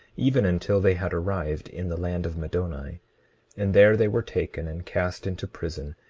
even until they had arrived in the land of middoni and there they were taken and cast into prison,